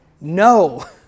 no